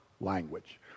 language